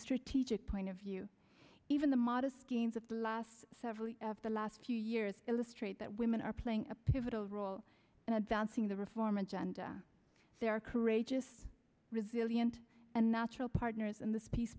strategic point of view even the modest gains of the last several of the last few years illustrate that women are playing a pivotal role in advancing the reform agenda they are courageous resilient and natural partners in this peace